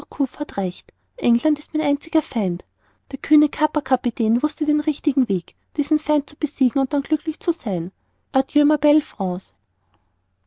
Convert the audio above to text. recht england war mein einziger feind der kühne kaperkapitän wußte den richtigen weg diesen feind zu besiegen und dann glücklich zu sein